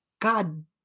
God